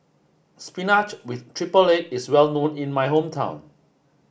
spinach with triple egg is well known in my hometown